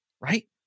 right